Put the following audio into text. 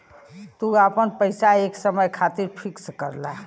तू आपन पइसा एक समय खातिर फिक्स करला